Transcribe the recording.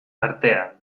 artean